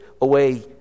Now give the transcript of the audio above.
away